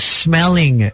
smelling